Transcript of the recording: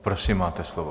Prosím, máte slovo.